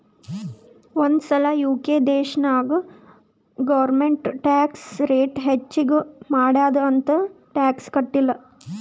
ಒಂದ್ ಸಲಾ ಯು.ಕೆ ದೇಶನಾಗ್ ಗೌರ್ಮೆಂಟ್ ಟ್ಯಾಕ್ಸ್ ರೇಟ್ ಹೆಚ್ಚಿಗ್ ಮಾಡ್ಯಾದ್ ಅಂತ್ ಟ್ಯಾಕ್ಸ ಕಟ್ಟಿಲ್ಲ